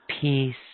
peace